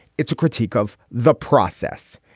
it's a critique of the process.